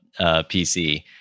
PC